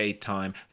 time